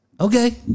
Okay